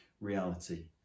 reality